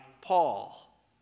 Paul